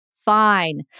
Fine